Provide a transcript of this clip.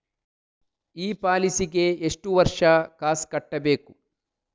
ಈ ಪಾಲಿಸಿಗೆ ಎಷ್ಟು ವರ್ಷ ಕಾಸ್ ಕಟ್ಟಬೇಕು?